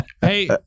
Hey